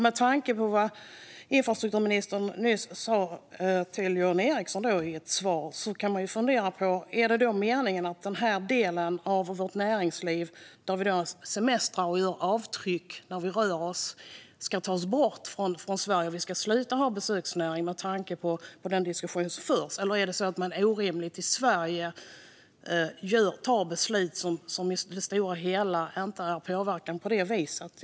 Med tanke på vad infrastrukturministern nyss svarade Jan Ericson kan man ju fundera på om det är meningen att den här delen av vårt näringsliv, där vi semestrar och gör avtryck när vi rör oss, ska tas bort från Sverige. Ska vi sluta att ha en besöksnäring, med tanke på den diskussion som förs? Eller är det rimligt att vi i Sverige fattar beslut som i det stora hela inte har en sådan påverkan?